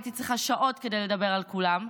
הייתי צריכה שעות כדי לדבר על כולם.